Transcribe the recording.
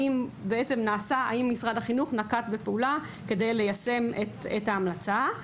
האם משרד החינוך נקט בפעולה כדי ליישם את ההמלצה.